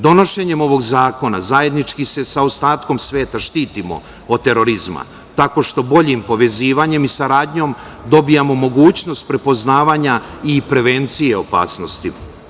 Donošenjem ovog zakona zajednički se sa ostatkom sveta štitimo od terorizma, tako što boljim povezivanjem i saradnjom dobijamo mogućnost prepoznavanja i prevencije opasnosti.